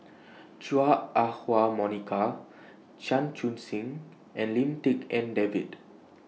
Chua Ah Huwa Monica Chan Chun Sing and Lim Tik En David